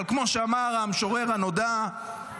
אבל כמו שאמר המשורר הנודע,